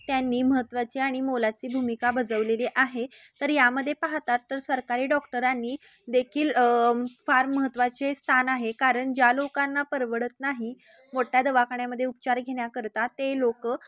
त्यांनी महत्त्वाची आणि मोलाची भूमिका बजावलेली आहे तर यामधे पाहतात तर सरकारी डॉक्टरांनी देखील फार महत्त्वाचे स्थान आहे कारण ज्या लोकांना परवडत नाही मोठया दवाखान्यामध्ये उपचार घेण्याकरता ते लोक